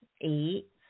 Eight